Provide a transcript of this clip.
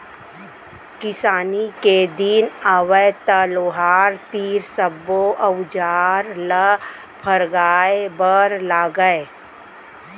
किसानी के दिन आवय त लोहार तीर सब्बो अउजार ल फरगाय बर लागय